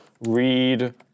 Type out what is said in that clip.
read